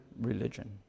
religion